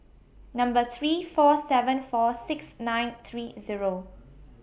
Number three four seven four six nine three Zero